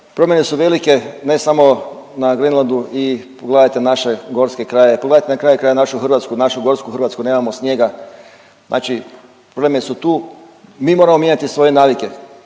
promjene su velike ne samo na Grenlandu i pogledajte naše gorske krajeve. Pogledajte na kraju krajeva našu Hrvatsku, našu gorsku Hrvatsku, nemamo snijega. Znači problemi su tu. Mi moramo mijenjati svoje navike.